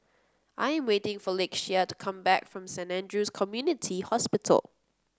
I am waiting for Lakeshia to come back from Saint Andrew's Community Hospital